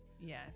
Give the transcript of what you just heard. Yes